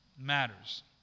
matters